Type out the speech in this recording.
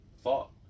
thought